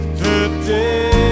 today